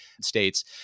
states